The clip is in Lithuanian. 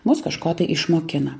mus kažko tai išmokino